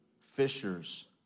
fishers